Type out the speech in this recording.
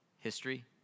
history